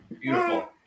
beautiful